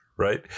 Right